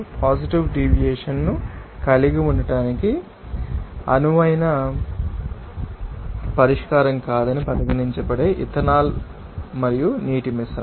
positive deviation కలిగి ఉండటానికి అనువైన పరిష్కారం కాదని పరిగణించబడే ఇథనాల్ మరియు నీటి మిశ్రమం